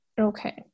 Okay